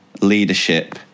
leadership